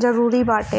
जरूरी बाटे